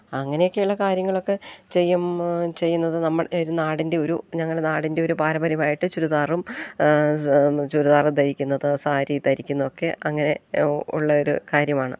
അങ്ങനെയൊക്കെയുള്ള കാര്യങ്ങളൊക്കെ ചെയ്യു ചെയ്യുന്നത് നമ്മൾ ഒരു നാടിൻ്റെ ഒരു ഞങ്ങളുടെ നാടിൻ്റെ ഒരു പാരമ്പര്യമായിട്ട് ചുരിദാറും സ ചുരിദാറ് ധരിക്കുന്നത് സാരി ധരിക്കുന്നതൊക്കെ അങ്ങനെ ഉള്ളൊരു കാര്യമാണ്